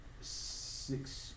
six